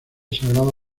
sagrada